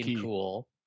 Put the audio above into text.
cool